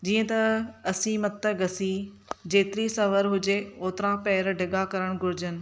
जीअं त असीं मत गसी जेतिरी सवरु हुजे ओतिरा पैर डिघा करणु घुरिजनि